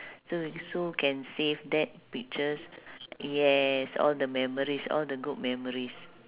so we so can save that pictures yes all the memories all the good memories